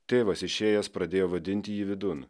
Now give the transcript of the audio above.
tėvas išėjęs pradėjo vadinti jį vidun